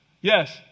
Yes